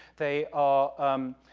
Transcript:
they are, um,